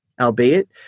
albeit